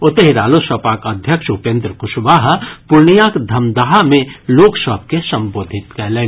ओतहि रालोसपाक अध्यक्ष उपेन्द्र कुशवाहा पूर्णियांक धमदाहा मे लोक सभ के संबोधित कयलनि